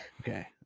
okay